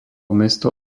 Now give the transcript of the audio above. mesto